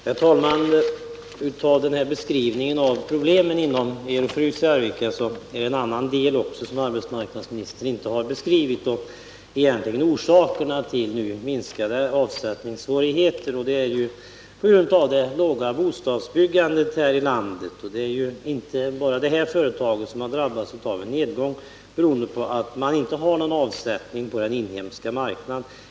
Herr talman! I den beskrivning av problemen inom Ero-Frys i Arvika som arbetsmarknadsministern lämnat saknas den del som egentligen är orsaken till de minskade avsättningssvårigheterna. Jag tänker då på det låga bostadsbyggandet här i landet. Det är inte bara Ero-Frys som har drabbats av en nedgång på grund av att man inte har någon avsättning på den inhemska marknaden.